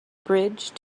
bridge